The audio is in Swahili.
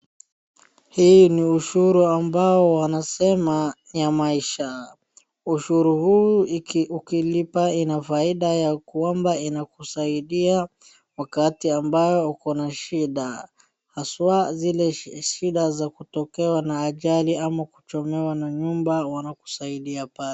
Hii ni ushuru ambayo wanasema ya maisha. Ushuru huu ukilipa ina faida ya kwamba inakusaidia wakati ambao uko na shida, haswaa zile shida za kutokewa na ajali ama kuchomewa nyumba wanakusaidia pale.